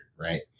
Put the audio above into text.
right